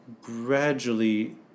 gradually